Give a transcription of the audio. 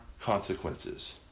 consequences